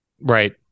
Right